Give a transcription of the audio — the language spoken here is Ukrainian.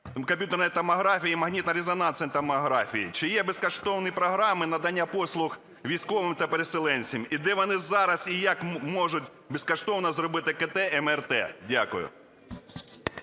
комп'ютерної томографії і магнітно-резонансної томографії. Чи є безкоштовні програми надання послуг військовим та переселенцям? І де вони зараз і як можуть безкоштовно зробити КТ і МРТ? Дякую.